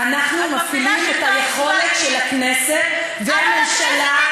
אנחנו מפעילים את היכולת של הכנסת והממשלה,